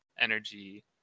energy